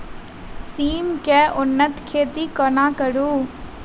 सिम केँ उन्नत खेती कोना करू?